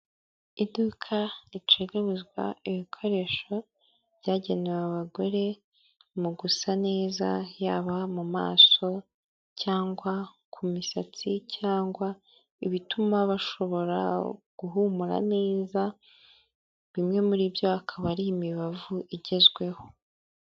Iduka ricuruza ibikoresho byagenewe abagore mu gusa neza yaba mu maso, cyangwa ku misatsi, cyangwa ibituma bashobora guhumura neza, bimwe muri byo akaba ari imibavu igezweho.